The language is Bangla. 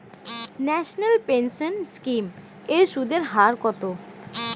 ন্যাশনাল পেনশন স্কিম এর সুদের হার কত?